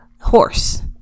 horse